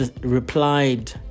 replied